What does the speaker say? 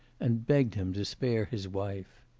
and begged him to spare his wife.